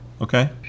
Okay